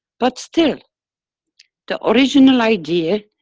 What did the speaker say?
but still the original idea,